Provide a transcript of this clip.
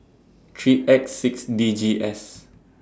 three X six D G S